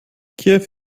kiew